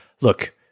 Look